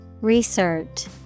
Research